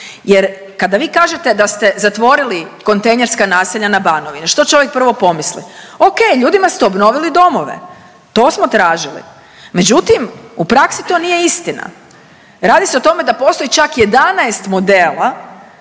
Jer kada vi kažete da ste zatvorili kontejnerska naselja na Banovini, što čovjek prvo pomisli, okej, ljudima ste obnovili domove, to smo tražili, međutim u praksi to nije istina. Radi se o tome da postoji čak 11 modela